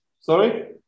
Sorry